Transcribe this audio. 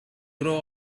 grow